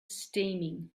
steaming